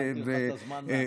שמתי לך את הזמן להתחלה.